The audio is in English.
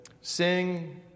sing